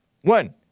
One